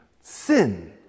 sin